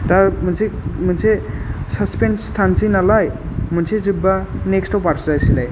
दा मोनसे मोनसे सासपेन्स थानोसै नालाय मोनसे जोब्बा नेक्सटाव बारस्लायसोलाय